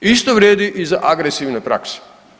Isto vrijedi i za agresivne prakse.